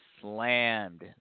slammed